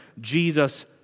Jesus